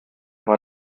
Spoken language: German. war